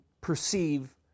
perceive